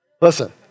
Listen